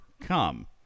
come